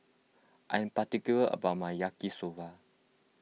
I am particular about my Yaki Soba